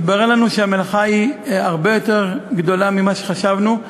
התברר לנו שהמלאכה הרבה יותר גדולה ממה שחשבנו: